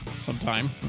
sometime